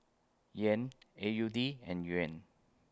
Yen A U D and Yuan